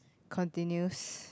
continues